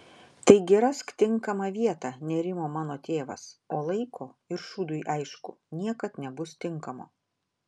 taigi rask tinkamą vietą nerimo mano tėvas o laiko ir šūdui aišku niekad nebus tinkamo